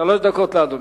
שלוש דקות לאדוני.